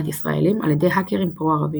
ישראלים על ידי האקרים פרו-ערבים.